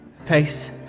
Face